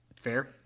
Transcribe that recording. Fair